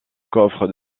coffre